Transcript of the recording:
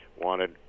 wanted